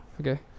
Okay